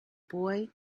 boy